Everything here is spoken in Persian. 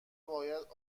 باید